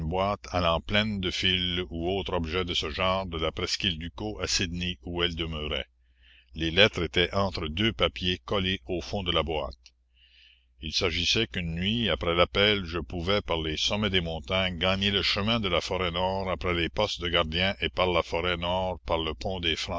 allant pleine de fil ou autres objets de ce genre de la presqu'île ducos à sydney où elle demeurait les lettres étaient entre deux papiers collés au fond de la boîte il s'agissait qu'une nuit après l'appel je pouvais par les sommets des montagnes gagner le chemin de la forêt nord après les postes de gardiens et par la forêt nord par le pont des